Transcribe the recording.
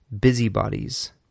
busybodies